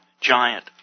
Giant